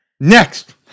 Next